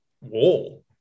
wall